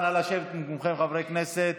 נא לשבת במקומכם, חברי הכנסת.